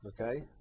Okay